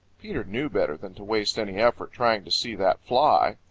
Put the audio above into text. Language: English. peter knew better than to waste any effort trying to see that fly.